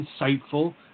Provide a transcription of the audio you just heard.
insightful